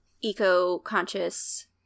eco-conscious